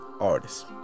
artists